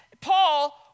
Paul